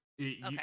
Okay